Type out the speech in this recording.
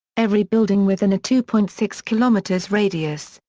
every building within a two point six kilometres radius,